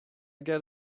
get